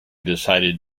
decided